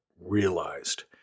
realized